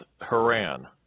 Haran